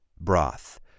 broth